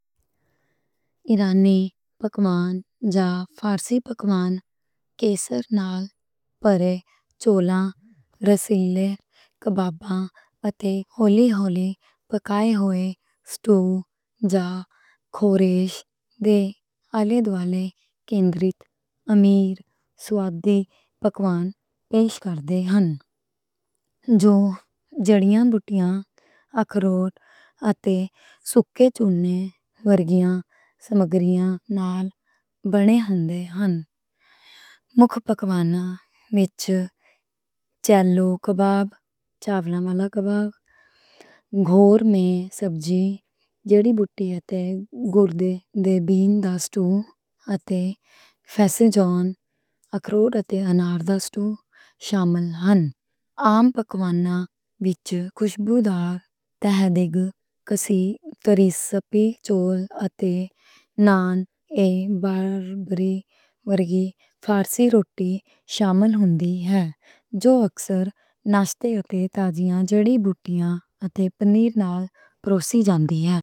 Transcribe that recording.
ایرانی جا فارسی پکوان کیسر نال پرے چاول، رسیلے کباباں اتے ہولی ہولی پکائے ہوئے سٹو جا خورش دے آلے دوالے مرکوز امیر سُواد والے پکوان پیش کردے ہن۔ جو جڑی بوٹیاں، اکھروٹ اتے سُکے چنے ورگیاں سمگریاں نال بنے ہوندے ہن۔ مکھ پکواناں وچ چیلو کباب، چاولاں والا کباب، گورمہ سبزی، لوبیا تے کِڈنی بینز دا سٹو اتے فسنجان اکھروٹ اتے انار دا سٹو شامل ہن۔ عام پکواناں وچ باربری ورگی فارسی روٹی شامل ہوندی ہے، جو اکثر ناشتے تے تازیاں جڑی بوٹیاں اتے پنیر نال پروسی جاندی ہے۔